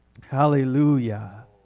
hallelujah